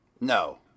No